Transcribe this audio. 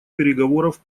переговоров